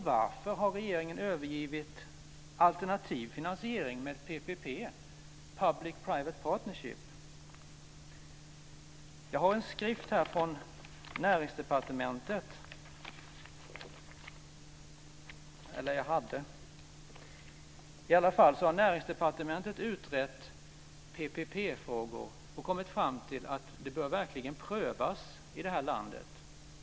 Varför har regeringen övergivit alternativ finansiering med PPP, Näringsdepartementet har utrett PPP-frågor och kommit fram till att detta verkligen behöver prövas i det här landet.